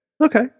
Okay